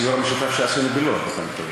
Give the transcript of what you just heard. הסיור המשותף שעשינו בלוד, אתה מתכוון?